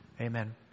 Amen